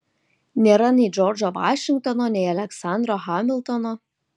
nėra nei džordžo vašingtono nei aleksandro hamiltono